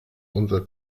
unser